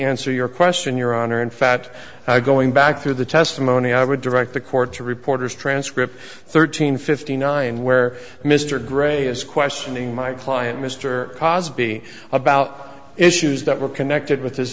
answer your question your honor in fact going back through the testimony i would direct the court to reporters transcript thirteen fifty nine where mr gray is questioning my client mr cosby about issues that were connected with his